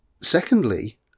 Secondly